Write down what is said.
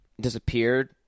disappeared